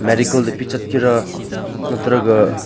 ꯃꯦꯗꯤꯀꯦꯜꯗ ꯄꯤ ꯆꯠꯀꯦꯔꯥ ꯅꯠꯇ꯭ꯔꯒ